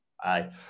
Aye